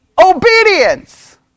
obedience